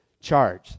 charge